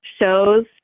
shows